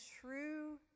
true